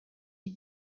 est